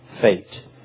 fate